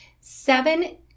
seven